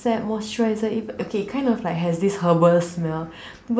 set moisturizer it okay kind of like has this herbal smell